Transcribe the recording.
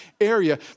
area